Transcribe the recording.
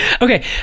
Okay